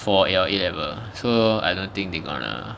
for your A level so I don't think they gonna